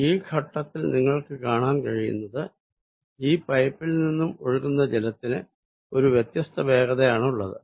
ഈ ഘട്ടത്തിൽ നിങ്ങൾക്ക് കാണാൻ കഴിയുന്നത് ഈ പൈപ്പിൽ നിന്നും ഒഴുകുന്ന ജലത്തിന് ഒരു വ്യത്യസ്ത വേഗതയാണുള്ളത്